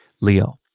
Leo